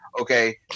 okay